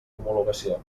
homologació